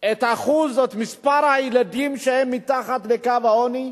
ואת מספר הילדים שהם מתחת לקו העוני,